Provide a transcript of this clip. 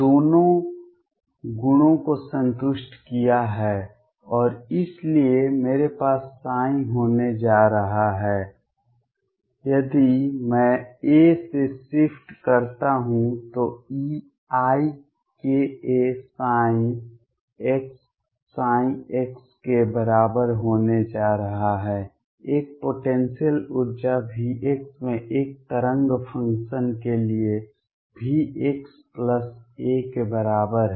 दोनों गुणों को संतुष्ट किया है और इसलिए मेरे पास psi होने जा रहा है यदि मैं a से शिफ्ट करता हूं तो eikaψ ψ के बराबर होने जा रहा है एक पोटेंसियल ऊर्जा V में एक तरंग फंक्शन के लिए Vxa के बराबर है